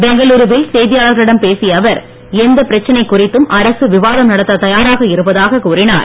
பெங்களுருவில் செய்தியாளர்களிடம் பேசிய அவர் எந்த பிரச்சனை குறித்தும் அரசு விவாதம் நடத்த தயாராக இருப்பதாக கூறினார்